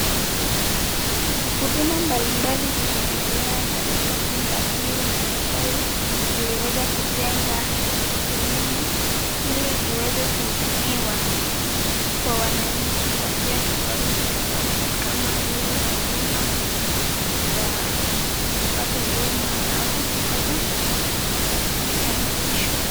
Huduma mbalimbali zinaendelea katika jumba hili serikali iliweza kutenga sehemu ili iweze kuhudumiwa, kwa wananchi kwa njia tofauti tofauti kama zile za huduma za kupata huduma au kupata kitambulisho.